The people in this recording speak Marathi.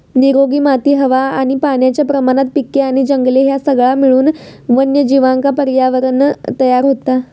निरोगी माती हवा आणि पाण्याच्या प्रमाणात पिके आणि जंगले ह्या सगळा मिळून वन्यजीवांका पर्यावरणं तयार होता